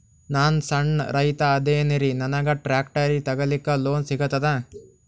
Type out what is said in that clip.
ನಾನ್ ಸಣ್ ರೈತ ಅದೇನೀರಿ ನನಗ ಟ್ಟ್ರ್ಯಾಕ್ಟರಿ ತಗಲಿಕ ಲೋನ್ ಸಿಗತದ?